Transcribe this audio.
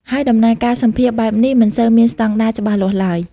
ហើយដំណើរការសម្ភាសន៍បែបនេះមិនសូវមានស្តង់ដារច្បាស់លាស់ឡើយ។